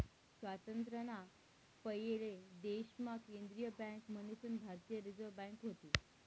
स्वातंत्र्य ना पयले देश मा केंद्रीय बँक मन्हीसन भारतीय रिझर्व बँक व्हती